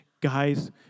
guys